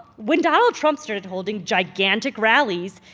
when donald trump started holding gigantic rallies,